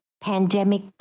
pandemic